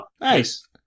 nice